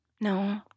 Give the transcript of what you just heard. No